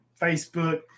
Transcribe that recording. Facebook